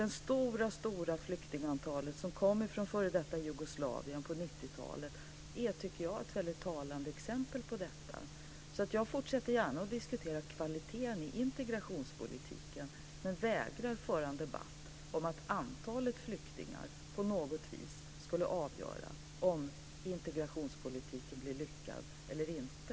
Det stora flyktingantalet som kom från f.d. Jugoslavien på 90 talet är ett väldigt talande exempel på detta. Jag fortsätter gärna att diskutera kvaliteten i integrationspolitiken. Men jag vägrar att föra en debatt om att antalet flyktingar på något vis skulle avgöra om integrationspolitiken blir lyckad eller inte.